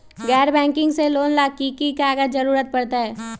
गैर बैंकिंग से लोन ला की की कागज के जरूरत पड़तै?